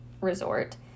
resort